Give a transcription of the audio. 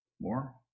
More